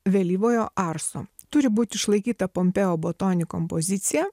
vėlyvojo arso turi būt išlaikyta pompeo botoni kompozicija